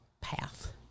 Path